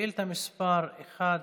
בבקשה, תציג את השאילתה.